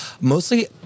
Mostly